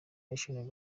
nation